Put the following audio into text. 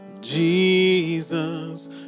Jesus